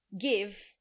give